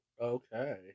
Okay